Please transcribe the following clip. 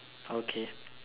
okay